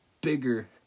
bigger